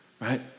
right